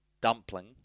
Dumpling